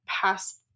past